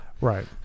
Right